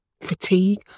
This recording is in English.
fatigue